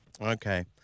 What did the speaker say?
Okay